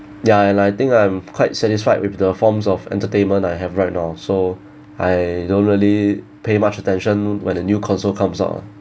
ya and I think I'm quite satisfied with the forms of entertainment I have right now so I don't really pay much attention when a new console comes out lah